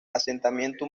asentamiento